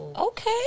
okay